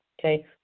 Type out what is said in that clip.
Okay